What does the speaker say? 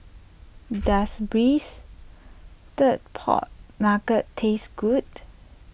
does Braised Pork Knuckle taste good